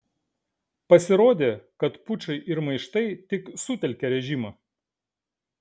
pasirodė kad pučai ir maištai tik sutelkia režimą